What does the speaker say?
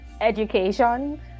education